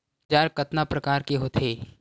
औजार कतना प्रकार के होथे?